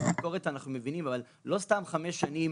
ביקורת אנחנו מבינים אבל לא סתם חמש שנים